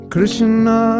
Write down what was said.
Krishna